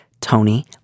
Tony